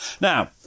Now